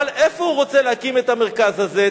אבל איפה הוא רוצה להקים את המרכז הזה,